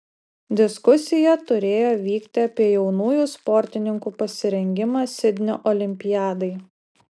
diskusija turėjo vykti apie jaunųjų sportininkų pasirengimą sidnio olimpiadai